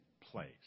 place